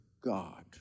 God